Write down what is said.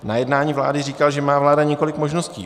Na jednání vlády říkal, že má vláda několik možností.